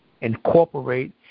incorporate